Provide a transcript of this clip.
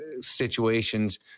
situations